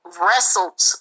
wrestled